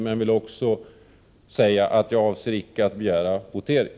Jag vill också säga att jag icke avser att begära votering.